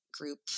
group